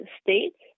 states